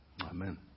Amen